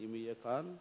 אם יהיה כאן.